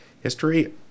history